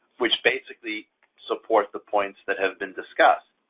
which basically support the points that have been discussed.